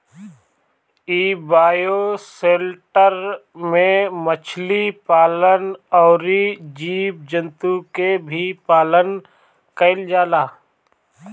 इ बायोशेल्टर में मछली पालन अउरी जीव जंतु के भी पालन कईल जाला